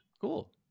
Cool